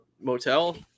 motel